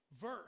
verse